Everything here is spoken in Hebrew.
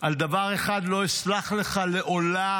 על דבר אחד לא אסלח לך לעולם: